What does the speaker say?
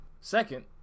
Second